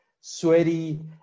sweaty